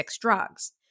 drugs